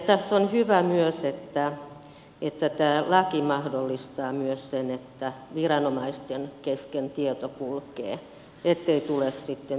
tässä on hyvä myös että tämä laki mahdollistaa myös sen että viranomaisten kesken tieto kulkee ettei tule sitten tiedon katkoksia